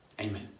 Amen